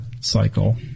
cycle